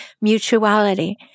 mutuality